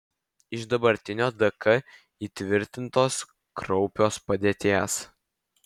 iš dabartinio dk įtvirtintos kraupios padėties